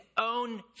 own